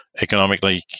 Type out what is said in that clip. economically